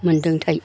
मोन्दोंथाय